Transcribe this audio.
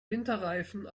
winterreifen